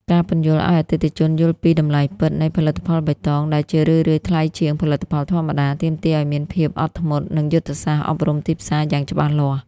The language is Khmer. ការពន្យល់ឱ្យអតិថិជនយល់ពី "តម្លៃពិត" នៃផលិតផលបៃតង (ដែលជារឿយៗថ្លៃជាងផលិតផលធម្មតា) ទាមទារឱ្យមានភាពអត់ធ្មត់ និងយុទ្ធសាស្ត្រអប់រំទីផ្សារយ៉ាងច្បាស់លាស់។